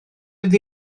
oedd